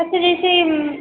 আচ্ছা যে সেই